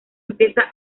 empieza